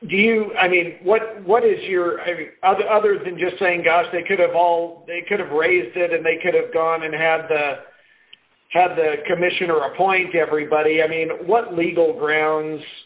do you i mean what what is your other than just saying gosh they could have all they could have raised and they could have gone in to have the have the commissioner appoint everybody i mean what legal grounds